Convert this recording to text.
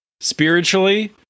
spiritually